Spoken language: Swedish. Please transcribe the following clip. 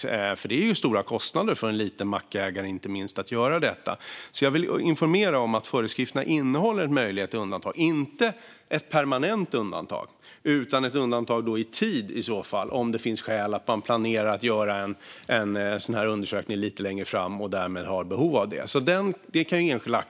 Det innebär ju stora kostnader, inte minst för en liten mackägare, att göra detta. Jag vill alltså informera om att föreskrifterna innehåller en möjlighet till undantag - inte ett permanent undantag utan ett undantag i tid, om det finns skäl som att man planerar att göra en sådan här undersökning lite längre fram och därmed har behov av det. Den möjligheten kan enskilda